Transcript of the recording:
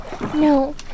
No